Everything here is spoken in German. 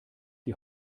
die